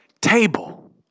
table